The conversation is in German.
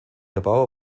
erbauer